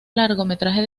largometraje